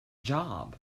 job